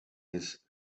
his